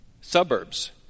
suburbs